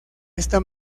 esta